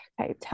Okay